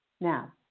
Now